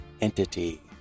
entity